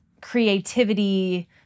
creativity